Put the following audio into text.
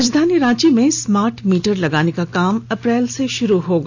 राजधानी रांची में smart meter लगाने का काम अप्रैल से शुरू किया जाएगा